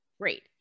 great